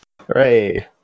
Hooray